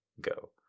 Go